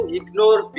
ignore